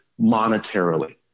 monetarily